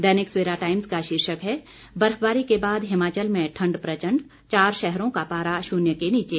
दैनिक Savera times का शीर्षक है बर्फबारी के बाद हिमाचल में ठंड प्रचंड चार शहरों का पारा शून्य के नीचे